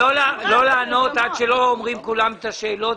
לא לענות עד שלא כולם שואלים את השאלות.